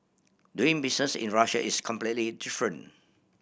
doing business in Russia is completely different